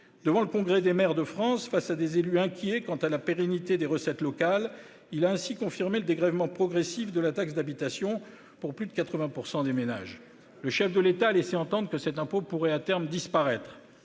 Devant le congrès des maires de France, face à des élus inquiets quant à la pérennité des recettes locales, le Président de la République a confirmé le dégrèvement progressif de la taxe d'habitation pour plus de 80 % des ménages. Le chef de l'État a laissé entendre que cet impôt pourrait à terme disparaître.